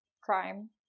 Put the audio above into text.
crime